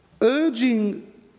urging